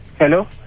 Hello